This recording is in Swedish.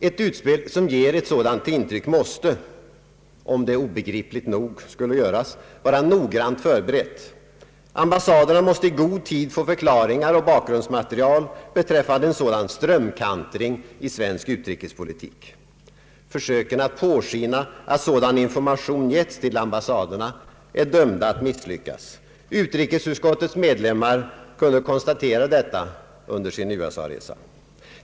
Ett utspel som ger ett sådant intryck måste — om det obegripligt nog skulle göras — vara noga förberett. Ambassaderna måste i god tid få förklaringar och bakgrundsmaterial beträffande en sådan strömkantring i svensk utrikespolitik. Försöken att påskina att sådan information getts till ambassaderna är dömda att misslyckas. Utrikesutskottets medlemmar kunde konstatera detta under sin USA-resa.